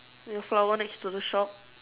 your flower next to the shop